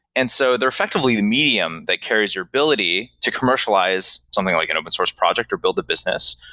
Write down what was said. and so they're effectively the medium that carries your ability to commercialize something like an open source project or build the business,